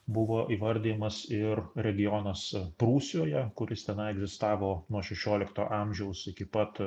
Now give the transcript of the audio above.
buvo įvardijamas ir regionas prūsijoje kuris tenai egzistavo nuo šešiolikto amžiaus iki pat